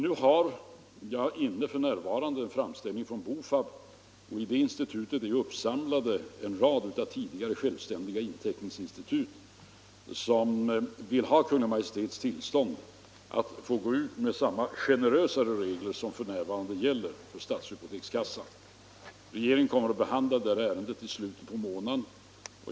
Nu har jag fått en framställning från BOFAB. Vid institutet är samlade en rad av tidigare självständiga inteckningsinstitut som vill ha Kungl. Maj:ts tillstånd att få gå ut med samma generösare regler som för närvarande gäller för stadshypotekskassan. Regeringen kommer att behandla det ärendet i slutet av månaden.